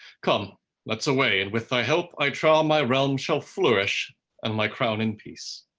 come let's away, and with thy help i trow um my realm shall flourish and my crown in peace.